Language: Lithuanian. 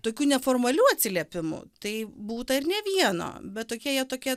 tokių neformalių atsiliepimų tai būta ir ne vieno bet tokie jie tokie